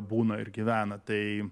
būna ir gyvena tai